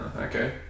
Okay